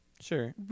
sure